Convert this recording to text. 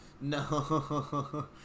No